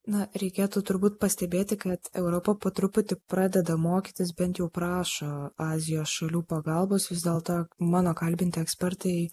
na reikėtų turbūt pastebėti kad europa po truputį pradeda mokytis bent jau prašo azijos šalių pagalbos vis dėlto mano kalbinti ekspertai